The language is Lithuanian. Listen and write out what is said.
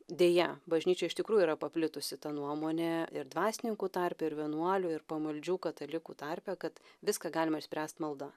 deja bažnyčioj iš tikrųjų yra paplitusi ta nuomonė ir dvasininkų tarpe ir vienuolių ir pamaldžių katalikų tarpe kad viską galima išspręst malda